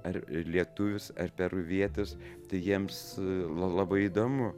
ar lietuvis ar peruvietis tai jiems la labai įdomu